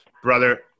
Brother